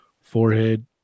forehead